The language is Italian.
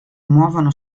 muovono